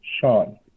Sean